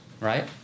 right